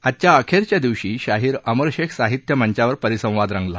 आजच्या अखेरच्या दिवशी शाहीर अमरशेख साहित्य मंचावर परिसंवाद रंगला